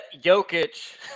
Jokic